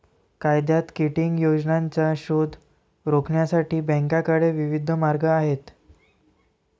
कायद्यात किटिंग योजनांचा शोध रोखण्यासाठी बँकांकडे विविध मार्ग आहेत